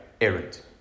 errant